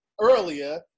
earlier